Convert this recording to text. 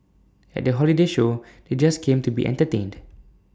at the holiday show they just came to be entertained